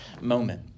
moment